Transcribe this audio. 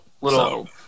little